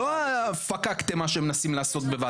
לא הפקקט שאתם מנסים לעשות בוועדת החוקה.